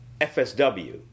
FSW